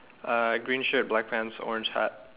uh green shirt black pants orange hat